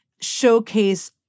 showcase